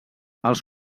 els